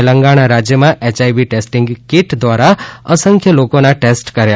તેલંગાણા રાજ્યમાં HIV testing kit દ્વારા અસંખ્ય લોકોનો ટેસ્ટ કર્યા